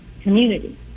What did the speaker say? community